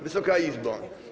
Wysoka Izbo!